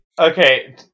Okay